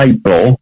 April